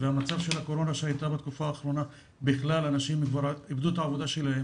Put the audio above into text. גם המצב של הקורונה גם לזה שאנשים איבדו את עבודתם,